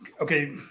okay